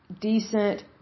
decent